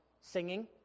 singing